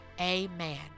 amen